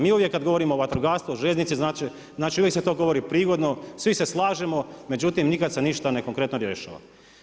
Mi uvijek kada govorimo o vatrogastvu, željeznici, znači uvijek se to govori prigodno, svi se slažemo, međutim, nikad se ništa konkretno ne rješava.